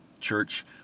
church